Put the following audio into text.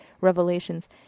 revelations